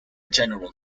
general